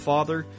Father